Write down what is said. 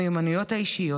המיומנויות האישיות,